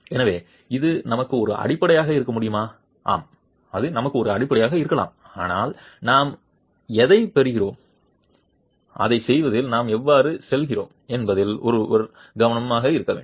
எனவே இது நமக்கு ஒரு அடிப்படையாக இருக்க முடியுமா ஆம் இது நமக்கு ஒரு அடிப்படையாக இருக்கலாம் ஆனால் நாம் எதைப் பெறுகிறோம் அதைச் செய்வதில் நாம் எவ்வாறு செல்கிறோம் என்பதில் ஒருவர் கவனமாக இருக்க வேண்டும்